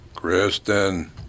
Kristen